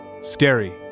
Scary